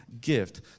gift